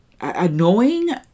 annoying